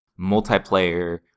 multiplayer